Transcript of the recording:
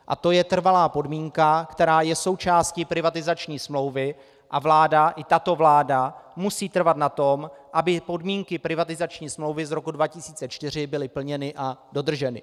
A to je trvalá podmínka, která je součástí privatizační smlouvy, a vláda, i tato vláda, musí trvat na tom, aby podmínky privatizační smlouvy z roku 2004 byly plněny a dodrženy.